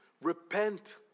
repent